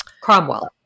Cromwell